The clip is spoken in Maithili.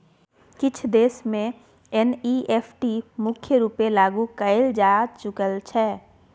किछ देश मे एन.इ.एफ.टी मुख्य रुपेँ लागु कएल जा चुकल छै